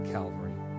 Calvary